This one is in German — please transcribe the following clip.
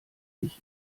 ich